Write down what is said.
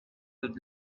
with